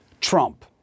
Trump